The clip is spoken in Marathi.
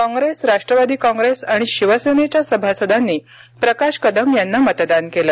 काँग्रेस राष्ट्रवादी काँग्रेस आणि शिवसेनेच्या सभासदांनी प्रकाश कदम यांना मतदान केलं